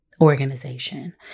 organization